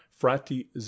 Frati